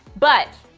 but,